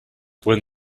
when